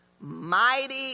mighty